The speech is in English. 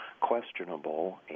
questionable